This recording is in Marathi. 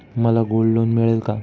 मला गोल्ड लोन मिळेल का?